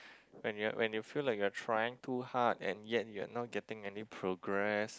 when you when you feel like you're trying too hard and yet you're not getting any progress